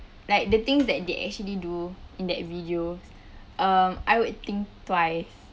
like the things that they actually do in that video um I would think twice